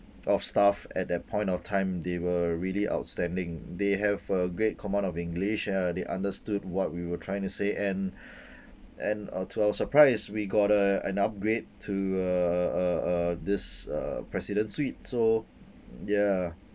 of staff at that point of time they were really outstanding they have a great command of english uh they understood what we were trying to say and and our to our surprise we got a an upgrade to a uh uh uh this uh president suite so ya